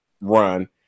run